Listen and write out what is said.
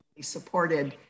supported